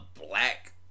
black